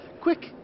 quick